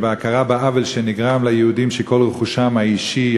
וההכרה בעוול שנגרם ליהודים שכל רכושם האישי,